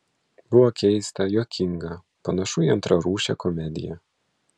buvo keista juokinga panašu į antrarūšę komediją